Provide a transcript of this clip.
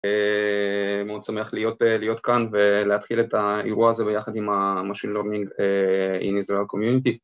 מאוד שמח להיות כאן ולהתחיל את האירוע הזה ביחד עם ה Machine Learning in Israel Community.